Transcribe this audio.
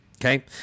Okay